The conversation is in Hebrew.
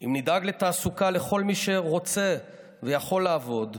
אם נדאג לתעסוקה לכל מי שרוצה ויכול לעבוד,